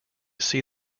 see